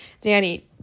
Danny